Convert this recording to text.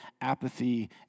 apathy